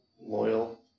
loyal